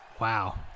Wow